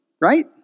right